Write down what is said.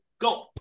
Go